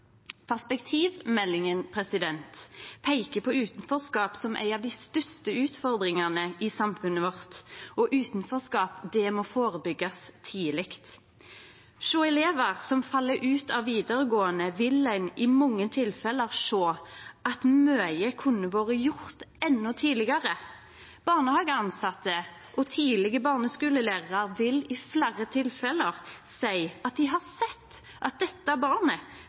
peiker på utanforskap som ei av dei største utfordringane i samfunnet vårt, og utanforskap må førebyggjast tidleg. Hjå elevar som fell ut av vidaregåande, vil ein i mange tilfelle sjå at mykje kunne ha vore gjort endå tidlegare. Barnehagetilsette og barneskulelærarar vil i fleire tilfelle seie at dei har sett at dette barnet